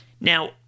Now